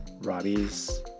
Robbie's